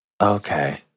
Okay